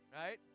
right